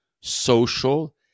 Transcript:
social